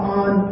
on